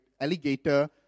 alligator